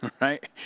right